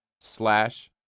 slash